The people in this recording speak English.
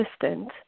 assistant